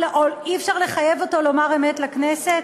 אי-אפשר לחייב אותו לומר אמת לכנסת?